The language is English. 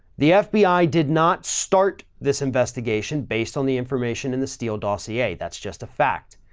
the fbi did not start this investigation based on the information in the steele dossier. that's just a fact.